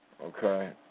Okay